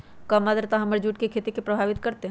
कम आद्रता हमर जुट के खेती के प्रभावित कारतै?